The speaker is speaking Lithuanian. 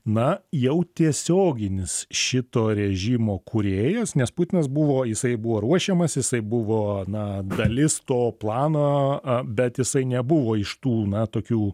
na jau tiesioginis šito režimo kūrėjas nes putinas buvo jisai buvo ruošiamas jisai buvo na dalis to plano bet jisai nebuvo iš tų na tokių